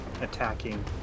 attacking